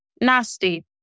nasty